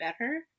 better